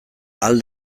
ahal